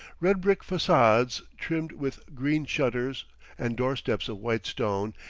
red brick facades trimmed with green shutters and doorsteps of white stone,